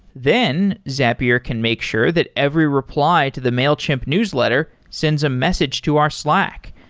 then zapier can make sure that every reply to the mailchimp newsletter sends a message to our slack,